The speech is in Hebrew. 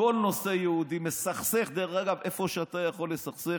כל נושא יהודי, מסכסך איפה שאתה יכול לסכסך.